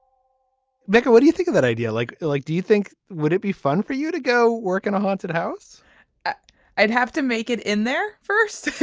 becca what do you think of that idea. like like do you think would it be fun for you to go work in a haunted house i'd have to make it in there first.